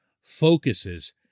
focuses